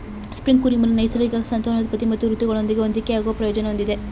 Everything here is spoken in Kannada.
ಸ್ಪ್ರಿಂಗ್ ಕುರಿಮರಿ ನೈಸರ್ಗಿಕ ಸಂತಾನೋತ್ಪತ್ತಿ ಮತ್ತು ಋತುಗಳೊಂದಿಗೆ ಹೊಂದಿಕೆಯಾಗುವ ಪ್ರಯೋಜನ ಹೊಂದಿದೆ